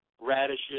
radishes